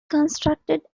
constructed